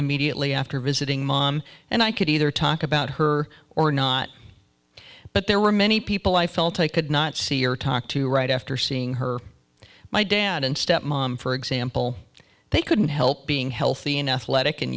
immediately after visiting mom and i could either talk about her or not but there were many people i felt i could not see or talk to right after seeing her my dad and step mom for example they couldn't help being healthy